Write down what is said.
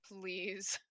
please